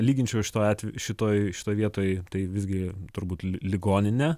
lyginčiau šituo atve šitoj šitoj vietoj tai visgi turbūt li ligoninę